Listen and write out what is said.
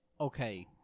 okay